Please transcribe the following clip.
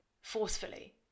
forcefully